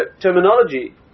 terminology